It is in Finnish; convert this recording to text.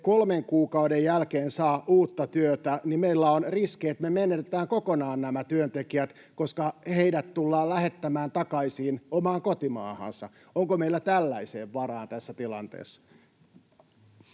kolmen kuukauden jälkeen saa uutta työtä, niin meillä on riski, että me menetetään kokonaan nämä työntekijät, koska heidät tullaan lähettämään takaisin omaan kotimaahansa. Onko meillä tällaiseen varaa tässä tilanteessa?